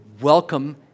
welcome